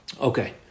okay